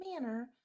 manner